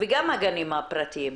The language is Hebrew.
וגם הגנים הפרטיים,